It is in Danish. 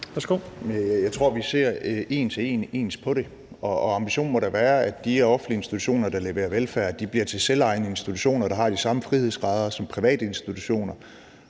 en til en ser ens på det, og ambitionen må da være, at de offentlige institutioner, der leverer velfærd, bliver til selvejende institutioner, der har de samme frihedsgrader som private institutioner,